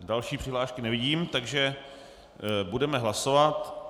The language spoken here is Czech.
Další přihlášky nevidím, budeme hlasovat.